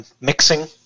mixing